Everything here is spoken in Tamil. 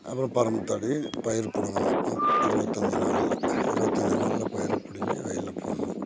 அப்புறம் பெரம்பு தடவி பயிர் பிடுங்கணும் நுப் இருபத்தஞ்சி நாளில் இருபத்தஞ்சி நாளில் பயிரை பிடிங்கி வயலில் போடணும்